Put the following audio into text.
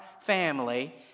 family